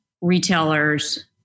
retailers